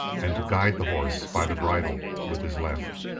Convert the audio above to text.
and to guide the horse by the bridle with his left,